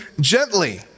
gently